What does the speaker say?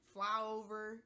flyover